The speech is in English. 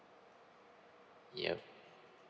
yup